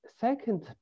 Second